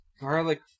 Garlic